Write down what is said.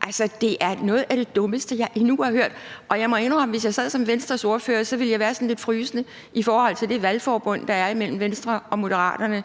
ordentligt. Det er noget af det dummeste, jeg endnu har hørt. Og jeg må indrømme, at hvis jeg sad som Venstres ordfører, ville jeg være sådan lidt frysende i forhold til det valgforbund, der er imellem Venstre og Moderaterne.